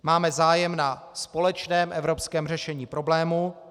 Máme zájem na společném evropském řešení problému.